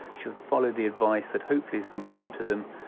should follow the advice that hopefully has been sent to them,